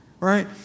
Right